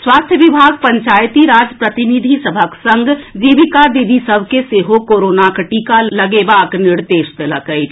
स्वास्थ्य विभाग पंचायती राज प्रतिनिधि सभक संग जीविका दीदी सभ के सेहो कोरोनाक टीका लगेबाक निर्देश देलक अछि